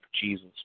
Jesus